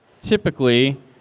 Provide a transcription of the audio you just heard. typically